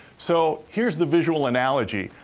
so, here's the visual analogy.